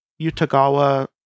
utagawa